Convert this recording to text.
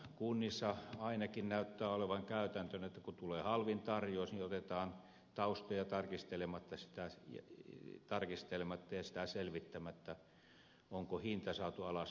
kunnissa ainakin näyttää olevan käytäntönä että kun tulee halvin tarjous niin otetaan se taustoja tarkistelematta ja sitä selvittämättä onko hinta saatu alas laillisin keinoin